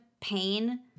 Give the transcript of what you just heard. pain